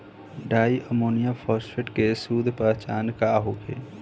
Di ammonium phosphate के शुद्ध पहचान का होखे?